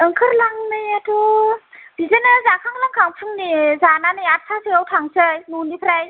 ओंखारलांनायाथ' बिदिनो जाखां लोंखां फुंनि जानानै आठथा सोआव थांसै न'निफ्राय